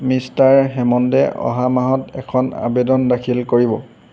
mister হেমণ্ডে অহা মাহত এখন আবেদন দাখিল কৰিব